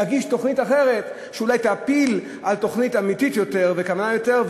להגיש תוכנית אחרת שאולי תאפיל על תוכנית אמיתית יותר וכנה יותר,